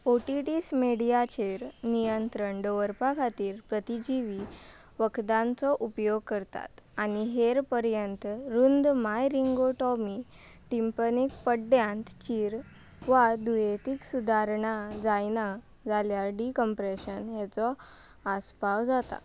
OTTs मिडयाचेर नियंत्रण दवरपा खातीर प्रतिजिवी वखदांचो उपयोग करतात आनी हेर पर्यांत रूंद माय रिंगो टॉमी टिपनीक पड्ड्यांत चीर वा दुयेंतीक सुदारणां जायना जाल्यार डिकम्प्रॅशन हाचो आसपाव जाता